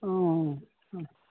অঁ অঁ